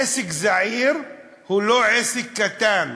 עסק זעיר הוא לא עסק קטן.